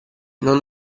non